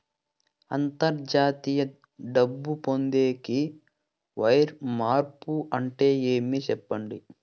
అంతర్జాతీయ డబ్బు పొందేకి, వైర్ మార్పు అంటే ఏమి? సెప్పండి?